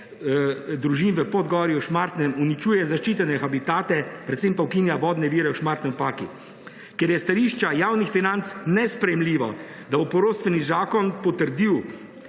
družin v Podgori, v Šmartnem, uničuje zaščitene habitate, predvsem pa ukinja vodne vire v Šmartnem ob Paki. Ker je s stališča javnih financ nesprejemljivo, da bo poroštveni zakon potrdil